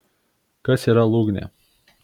kas yra lūgnė